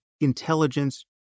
intelligence